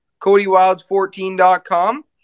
CodyWilds14.com